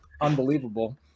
unbelievable